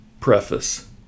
Preface